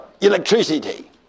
electricity